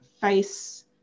face